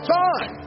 time